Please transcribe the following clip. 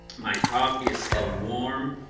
my coffee is still warm,